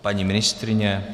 Paní ministryně?